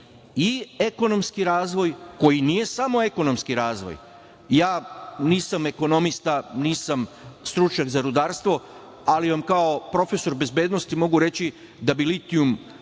i ekonomski razvoj, koji nije samo ekonomski razvoj, ja nisam ekonomista, nisam stručnjak za rudarstvo, ali vam kao profesor bezbednosti mogu reći da bi litijum